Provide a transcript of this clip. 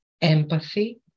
empathy